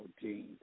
gene